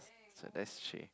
it's an ashtray